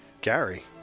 gary